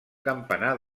campanar